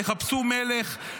תחפשו מלך,